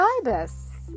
ibis